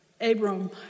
Abram